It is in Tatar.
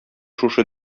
шушы